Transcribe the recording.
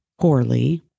poorly